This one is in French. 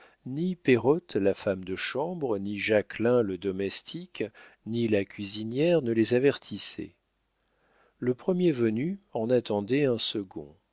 ni pérotte la femme de chambre ni jacquelin le domestique ni la cuisinière ne les avertissaient le premier venu en attendait un second